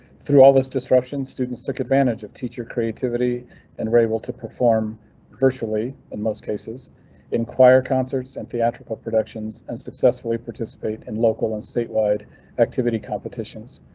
through all this disruption, students took advantage of teacher creativity and reable to perform virtually in most cases in choir concerts and theatrical productions, and successfully participate in local and statewide activity competitions.